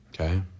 Okay